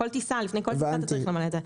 לפני טיסה אתה צריך למלא את זה.